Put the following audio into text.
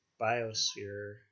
biosphere